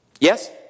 Yes